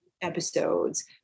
episodes